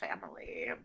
family